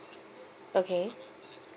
okay